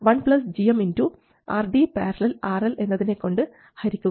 ഇത് 1 gmRD ║ RL എന്നതിനെ കൊണ്ട് ഹരിക്കുക